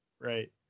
Right